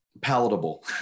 palatable